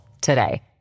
today